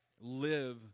live